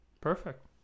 perfect